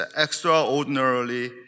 extraordinarily